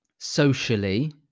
Socially